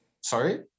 Sorry